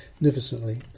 magnificently